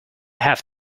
have